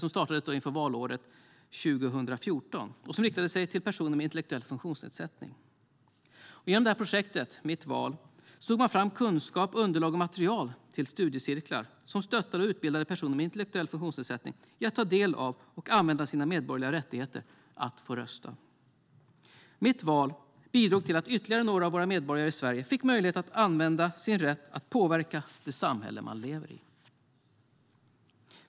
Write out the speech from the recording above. Det startade inför valåret 2014 och riktade sig till personer med intellektuell funktionsnedsättning. Genom projektet Mitt Val tog man fram kunskap, underlag och material för studiecirklar som stöttade och utbildade personer med intellektuell funktionsnedsättning i att ta del av och använda sin medborgerliga rättighet att rösta. Mitt Val bidrog till att ytterligare några av våra medborgare i Sverige fick möjlighet att använda sin rätt att påverka det samhälle vi lever i.